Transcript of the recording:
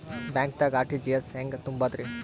ಬ್ಯಾಂಕ್ದಾಗ ಆರ್.ಟಿ.ಜಿ.ಎಸ್ ಹೆಂಗ್ ತುಂಬಧ್ರಿ?